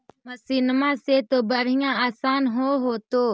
मसिनमा से तो बढ़िया आसन हो होतो?